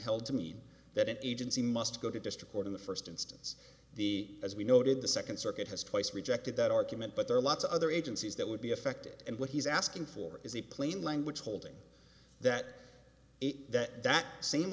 held to mean that an agency must go to district court in the first instance the as we noted the second circuit has twice rejected that argument but there are lots of other agencies that would be affected and what he's asking for is the plain language holding that that that same